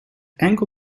enkel